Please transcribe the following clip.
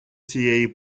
цієї